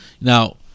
Now